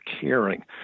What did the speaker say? caring